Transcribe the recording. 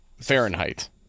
Fahrenheit